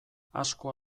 asko